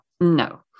no